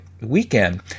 weekend